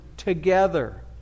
together